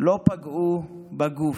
לא פגעו בגוף,